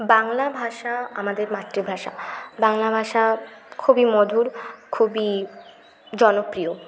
বাংলা ভাষা আমাদের মাতৃভাষা বাংলা ভাষা খুবই মধুর খুবই জনপ্রিয়